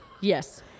yes